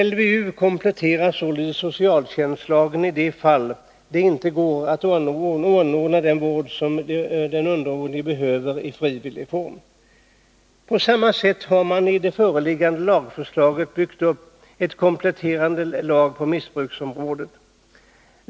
LVU kompletterar således socialtjänstlagen i de fall då det inte går att i frivillig form anordna den vård som den underårige behöver. På samma sätt har man i det föreliggande lagförslaget byggt upp en kompletterande lag på missbruksområdet.